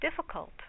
difficult